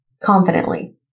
confidently